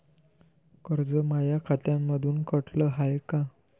कर्ज माया खात्यामंधून कटलं हाय का?